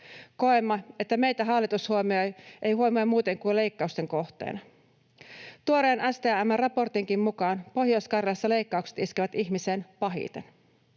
Koemme, että meitä hallitus ei huomioi muuten kuin leikkausten kohteena. Tuoreen STM:n raportinkin mukaan Pohjois-Karjalassa leikkaukset iskevät ihmiseen pahiten.